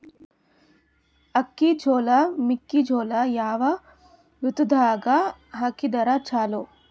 ಅಕ್ಕಿ, ಜೊಳ, ಮೆಕ್ಕಿಜೋಳ ಯಾವ ಋತುದಾಗ ಹಾಕಿದರ ಚಲೋ?